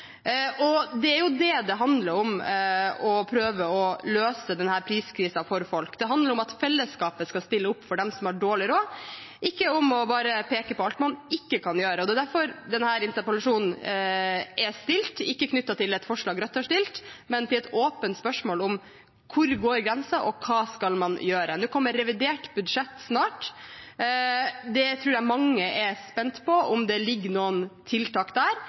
Det er jo det det handler om, å prøve å løse denne priskrisen for folk. Det handler om at fellesskapet skal stille opp for dem som har dårlig råd, ikke om bare å peke på alt man ikke kan gjøre. Det er derfor denne interpellasjonen er stilt, ikke knyttet til et forslag Rødt har stilt, men som et åpent spørsmål om hvor grensen går, og hva man skal gjøre. Nå kommer revidert budsjett snart. Jeg tror mange er spent på om det ligger noen tiltak der,